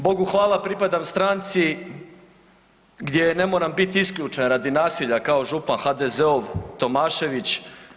Bogu hvala, pripadam stranci gdje ne moram biti isključen radi nasilja kao župan HDZ-ov Tomašević.